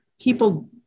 people